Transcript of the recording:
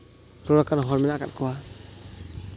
ᱱᱚᱣᱟ ᱞᱮᱠᱟᱱ ᱦᱚᱲ ᱢᱮᱱᱟᱜ ᱠᱟᱜ ᱠᱚᱣᱟ